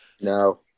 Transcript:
No